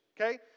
okay